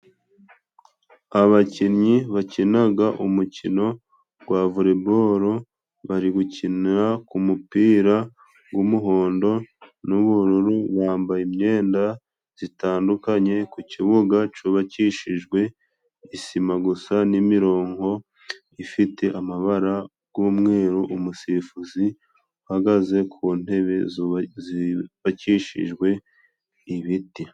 Abakinnyi bakinaga umukino gwa voreboro bari gukinira ku mupira gw'umuhondo n'ubururu bambaye imyenda zitandukanye, ku kibuga cubakishijwe isima gusa, n'imirongo ifite amabara g'umweru. Umusifuzi ahagaze ku ntebe zubabakishijwe ibiti.